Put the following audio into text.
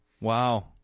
Wow